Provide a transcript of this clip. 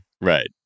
right